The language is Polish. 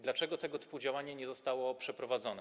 Dlaczego tego typu działanie nie zostało przeprowadzone?